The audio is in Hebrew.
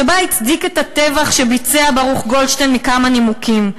שבה הצדיק את הטבח שביצע ברוך גולדשטיין מכמה נימוקים.